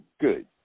good